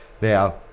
Now